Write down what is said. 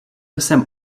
jsem